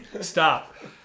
Stop